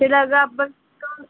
ସେଇଟା ହେବ ଡିସ୍କାଉଣ୍ଟ